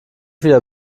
wieder